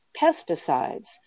pesticides